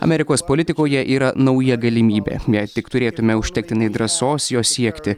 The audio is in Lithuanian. amerikos politikoje yra nauja galimybė jei tik turėtume užtektinai drąsos jos siekti